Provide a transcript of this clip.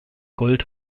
gold